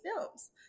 films